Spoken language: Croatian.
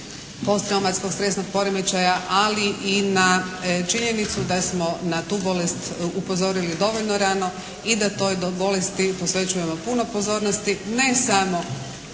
posttraumatskog stresnog poremećaja, ali i na činjenicu da smo na tu bolest upozorili dovoljno rano i da toj bolesti posvećujemo puno pozornosti, ne samo